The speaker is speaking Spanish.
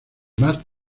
más